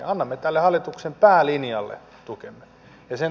annamme tälle hallituksen päälinjalle tukemme